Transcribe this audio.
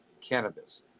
cannabis